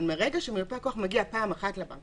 אבל מרגע שמיופה הכוח מגיע פעם אחת לבנק,